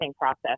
process